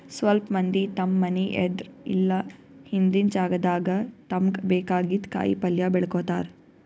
ಸ್ವಲ್ಪ್ ಮಂದಿ ತಮ್ಮ್ ಮನಿ ಎದ್ರ್ ಇಲ್ಲ ಹಿಂದಿನ್ ಜಾಗಾದಾಗ ತಮ್ಗ್ ಬೇಕಾಗಿದ್ದ್ ಕಾಯಿಪಲ್ಯ ಬೆಳ್ಕೋತಾರ್